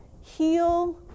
heal